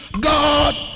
god